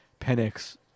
Penix